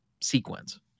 sequence